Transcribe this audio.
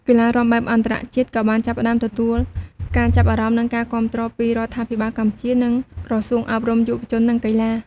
កីឡារាំបែបអន្តរជាតិក៏បានចាប់ផ្តើមទទួលការចាប់អារម្មណ៍ និងការគាំទ្រពីរដ្ឋាភិបាលកម្ពុជា និងក្រសួងអប់រំ យុវជន និងកីឡា។